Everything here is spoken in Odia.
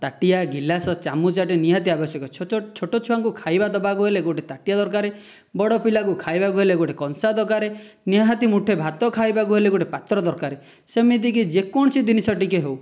ତାଟିଆ ଗିଲାସ ଚାମୁଚଟେ ନିହାତି ଆବଶ୍ୟକ ଛୋଟ ଛୁଆଙ୍କୁ ଖାଇବା ଦେବାକୁ ହେଲେ ଗୋଟେ ତାଟିଆ ଦରକାର ବଡ଼ ପିଲାକୁ ଖାଇବାକୁ ହେଲେ ଗୋଟେ କଂସା ଦରକାର ନିହାତି ମୁଠାଏ ଭାତ ଖାଇବାକୁ ହେଲେ ଗୋଟେ ପାତ୍ର ଦରକାର ସେମିତିକି ଯେକୌଣସି ଜିନିଷ ଟିକିଏ ହେଉ